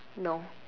no